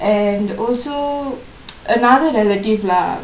and also another relative lah